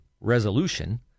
resolution